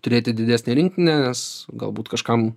turėti didesnę rinktinę nes galbūt kažkam